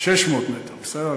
600 מטר, בסדר?